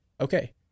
okay